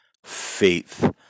Faith